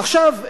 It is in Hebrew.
עכשיו,